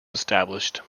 established